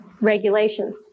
regulations